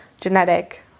genetic